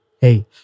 hey